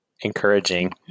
encouraging